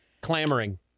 clamoring